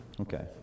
Okay